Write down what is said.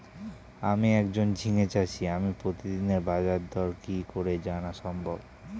আমি একজন ঝিঙে চাষী আমি প্রতিদিনের বাজারদর কি করে জানা সম্ভব?